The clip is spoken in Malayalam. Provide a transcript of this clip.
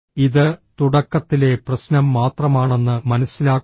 ഇത് തുടക്കത്തിലെ പ്രശ്നം മാത്രമാണെന്ന് മനസ്സിലാക്കുക